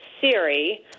Siri